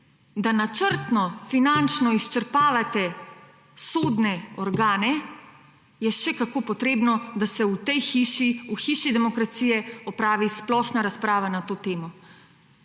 da načrtno finančno izčrpavate sodne organe, je še kako potrebno, da se v tej hiši, v hiši demokracije opravi splošna razprava na to temo.